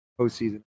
postseason